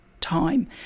time